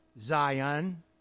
Zion